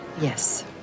Yes